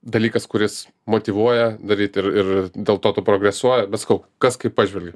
dalykas kuris motyvuoja daryt ir ir dėl to tu progresuoji bet sakau kas kaip pažvelgia